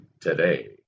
today